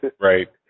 Right